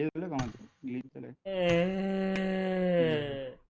like on a